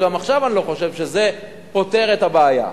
וגם עכשיו אני לא חושב שזה פותר את הבעיה,